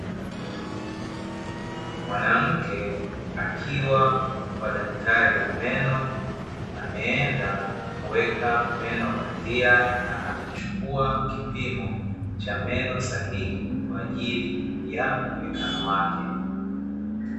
Mwanamke akiwa kwa daktari wa meno, ameenda kuweka meno bandia na anachukua kipimo cha meno sahihi kwa ajili ya mwonekano wake.